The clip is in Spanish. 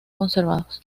conservados